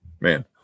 man